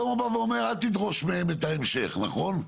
שהוא בא ואומר אל תדרוש מהם את ההמשך, נכון?